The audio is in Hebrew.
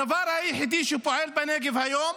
הדבר היחיד שפועל בנגב היום,